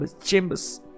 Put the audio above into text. chambers